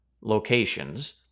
locations